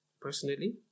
personally